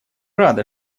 рады